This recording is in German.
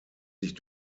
sich